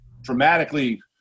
Dramatically